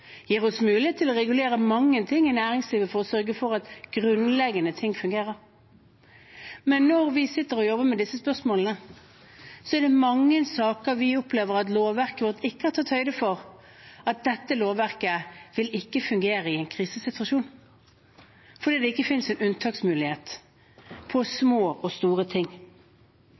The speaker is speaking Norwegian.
gir oss mulighet til å regulere mange ting i næringslivet for å sørge for at grunnleggende ting fungerer. Men når vi sitter og jobber med disse spørsmålene, opplever vi i mange saker at lovverket vårt ikke har tatt høyde for at dette lovverket ikke vil fungere i en krisesituasjon, fordi det ikke finnes noen unntaksmulighet for små og store ting.